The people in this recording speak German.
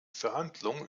verhandlungen